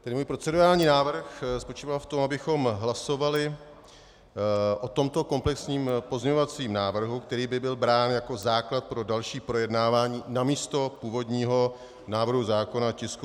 Můj procedurální návrh spočíval v tom, abychom hlasovali o tomto komplexním pozměňovacím návrhu, který by byl brán jako základ pro další projednávání namísto původního návrhu zákona, tisku 839/0.